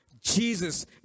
Jesus